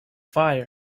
fire